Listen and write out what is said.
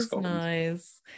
nice